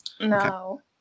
No